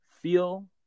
feel